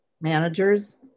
managers